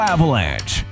Avalanche